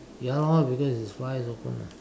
ya lor because his fly is open lah